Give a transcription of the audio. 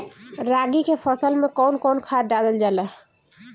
रागी के फसल मे कउन कउन खाद डालल जाला?